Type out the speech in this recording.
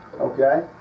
Okay